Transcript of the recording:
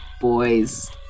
boys